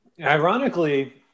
Ironically